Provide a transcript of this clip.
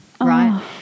right